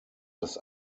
das